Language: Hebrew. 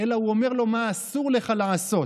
אלא הוא אומר לו מה אסור לך לעשות: